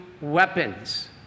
weapons